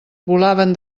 volaven